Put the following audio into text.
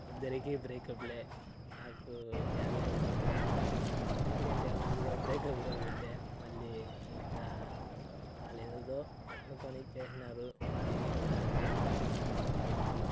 ఇద్దరికి బ్రేక్అప్లే నాకు యాడలేని సంతోషం ఎందుకంటే మనదగ్గర బ్రేక్అప్ కాబట్టే మళ్ళీ ఇంకా వాళ్లేదేదో అనుకొని చేసినారు వాళ్ళకి బ్యాడ్ లక్ బ్రేక్అప్ అయ్యింది